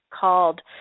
called